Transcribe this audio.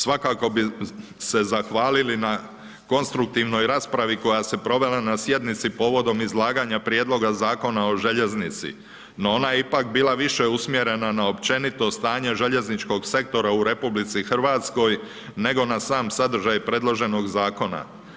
Svakako bi se zahvalili na konstruktivnoj raspravi koja se provela na sjednici povodom izlaganja Prijedloga Zakona o željeznici, no ona je ipak bila više usmjerena na općenito stanje željezničkog sektora u RH nego na sam sadržaj predloženog zakona.